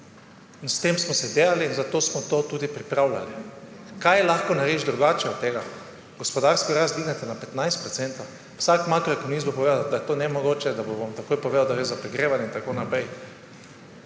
s tem smo delali in zato smo to tudi pripravljali. Kaj lahko narediš drugače od tega? Gospodarsko rast dvignete na 15 %, vsak makroekonomist bo povedal, da je to nemogoče, takoj vam bo povedal, da gre za pregrevanje in tako naprej.